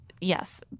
yes